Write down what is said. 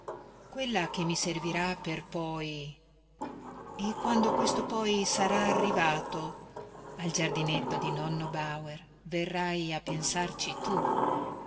quella che mi servirà per poi e quando questo poi sarà arrivato al giardinetto di nonno bauer verrai a pensarci tu